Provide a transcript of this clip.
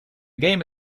game